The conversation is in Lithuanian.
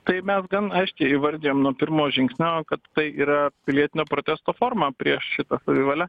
tai mes gan aiškiai įvardijom nuo pirmo žingsnio kad tai yra pilietinio protesto forma prieš šitą savivalę